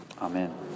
Amen